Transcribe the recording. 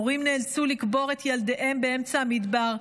הורים נאלצו לקבור את ילדיהם באמצע המדבר,